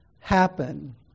happen